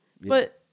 but-